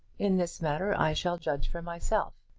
in this matter i shall judge for myself.